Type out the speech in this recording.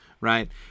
right